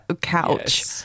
couch